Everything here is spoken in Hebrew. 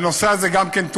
גם הנושא הזה טופל.